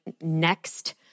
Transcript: next